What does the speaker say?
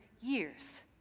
years